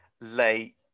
late